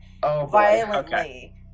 violently